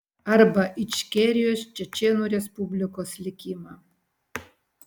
arba ičkerijos čečėnų respublikos likimą